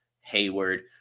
Hayward